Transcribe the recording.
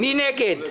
מי נגד?